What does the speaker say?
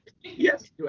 Yes